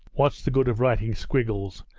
what's the good of writing quibbles.